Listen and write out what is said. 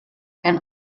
and